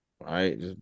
Right